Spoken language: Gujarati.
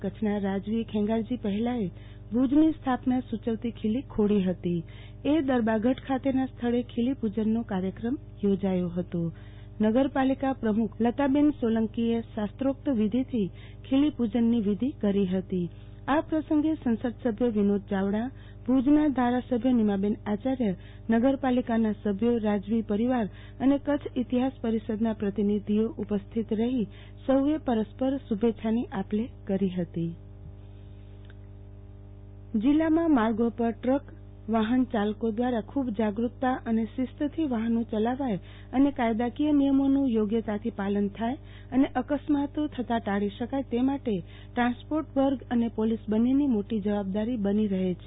કચ્છના રાજવી ખેંગારજી પહેલાએ ભુજની સ્થાપના સુ યવતી ખીલી ખોડી હતી એ દરબારગઢ ખાતેના સ્થળે ખીલી પુ જનનો કાર્યક્રમ યોજાયો હતો નગર પાલિકા પ્રમુખ લતાબેન સોલંકીએ શાસ્ત્રક્ત વિધી થી ખીલ પુજન વિધી કરી હતી આ પ્રસંગે સંસદ સભ્ય વિનોદ ચાવડાભુજના ધારાસભ્ય નિમાબેન આચાર્યનગર પાલિકના સભ્યો રાજવી પરિવાર અને કચ્છ ઈતિહાસ પરિષદના પ્રતિનિધીઓ ઉપસ્થિત સૌએ પરસ્પર શુ ભેચ્છાની આપ લે કરી હતી આરતીબેન ભદ્દ ટૂક ડૂાઈવરોને વીમા પોલીસ જિલ્લામાં માર્ગો પર દ્રક વાહન ચાલકો દ્રારા ખુ બ જાગૃ તા અને શિસ્તથી વાહનો યલાવાય અને કાયદાકીય નિયમોનું યોગ્યતાથી પાલન થાયને અકસ્માતો થતાં ટાળી શકાય તે માટે ટ્રાન્સપોર્ટ વર્ગ અને પોલીસ બંન્નેની મોટી જવાબદારી બની રહે છે